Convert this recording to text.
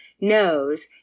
knows